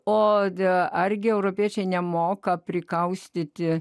odė argi europiečiai nemoka prikaustyti